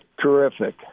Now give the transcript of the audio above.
terrific